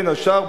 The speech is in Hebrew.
בין השאר,